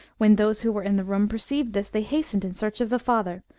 when those who were in the room perceived this, they hastened in search of the father,